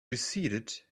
receded